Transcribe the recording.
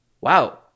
wow